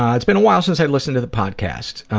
ah it's been awhile since i've listened to the podcast.